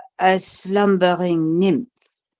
a slumbering nymph,